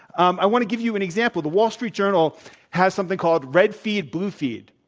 um i want to give you an example. the wall street journal has something called red feed, blue feed.